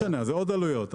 זה עוד עלויות.